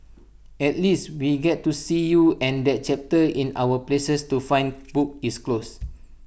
at least we get to see you and that chapter in our places to find book is closed